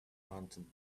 mountain